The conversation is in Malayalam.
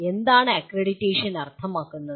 എന്താണ് അക്രഡിറ്റേഷൻ അർത്ഥമാക്കുന്നത്